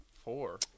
four